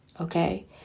Okay